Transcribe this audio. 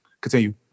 Continue